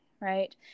right